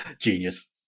Genius